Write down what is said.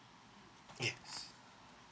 yes